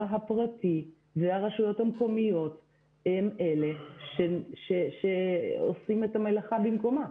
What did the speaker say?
הפרטי והרשויות המקומיות הם אלה שעושים את המלאכה במקומה.